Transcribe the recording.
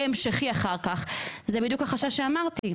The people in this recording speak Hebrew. המשכי אחר כך זה בדיוק החשש שאמרתי.